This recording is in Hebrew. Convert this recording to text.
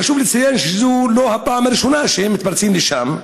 חשוב לציין שזו לא הפעם הראשונה שהם מתפרצים לשם,